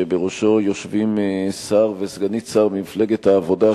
שבראשו יושבים שר וסגנית שר ממפלגת העבודה,